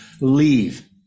leave